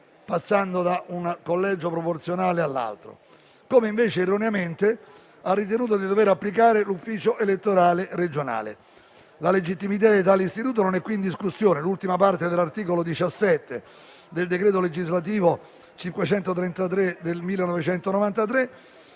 passando da un collegio proporzionale all'altro, che invece ha erroneamente ritenuto di dover applicare l'ufficio elettorale regionale. La legittimità di tale istituto non è qui in discussione: l'ultima parte dell'articolo 17 del decreto legislativo n. 533 del 1993